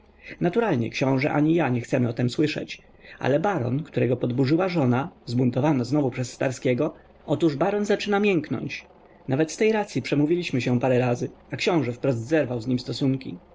naturalnie książe ani ja nie chcemy o tem słyszeć ale baron którego podburzyła żona zbuntowana znowu przez starskiego otóż baron zaczyna mięknąć nawet z tej racyi przemówiliśmy się parę razy a książe wprost zerwał z nim stosunki